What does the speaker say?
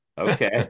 Okay